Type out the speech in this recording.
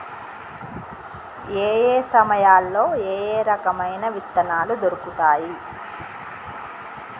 ఏయే సమయాల్లో ఏయే రకమైన విత్తనాలు దొరుకుతాయి?